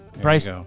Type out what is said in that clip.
Bryce